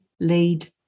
lead